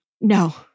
No